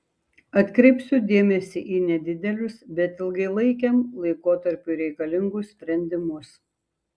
atkreipsiu dėmesį į nedidelius bet ilgalaikiam laikotarpiui reikalingus sprendimus